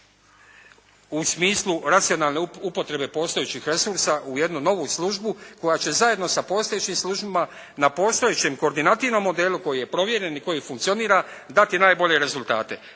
u smislu racionalne upotrebe postojećih resursa u jednu novu službu koja će zajedno sa postojećim službama na postojećem koordinativnom modelu koji je provjeren i koji funkcionira dati najbolje rezultate.